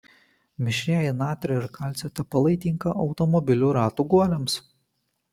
mišrieji natrio ir kalcio tepalai tinka automobilių ratų guoliams